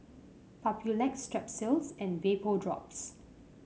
Papulex Strepsils and Vapodrops